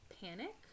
panic